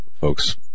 Folks